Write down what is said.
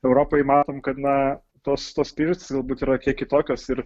europoj matom kad na tos tos priežastys galbūt yra kiek kitokios ir